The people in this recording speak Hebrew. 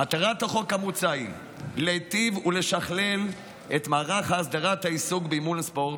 מטרת החוק המוצע היא להיטיב ולשכלל את מערך הסדרת העיסוק באימון הספורט,